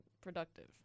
productive